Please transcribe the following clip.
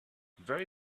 very